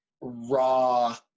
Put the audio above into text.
raw